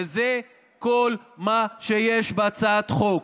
וזה כל מה שיש בהצעת החוק.